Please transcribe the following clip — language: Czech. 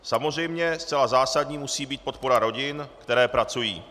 Samozřejmě zcela zásadní musí být podpora rodin, které pracují.